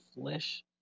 flesh